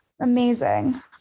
amazing